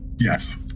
yes